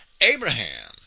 Abraham